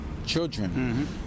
children